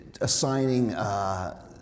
assigning